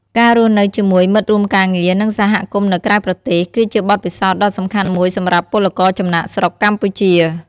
ការរស់នៅជាមួយមិត្តរួមការងារ និងសហគមន៍នៅក្រៅប្រទេស គឺជាបទពិសោធន៍ដ៏សំខាន់មួយសម្រាប់ពលករចំណាកស្រុកកម្ពុជា ។